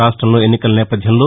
రాష్టంలో ఎన్నికల నేపథ్యంలో